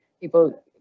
people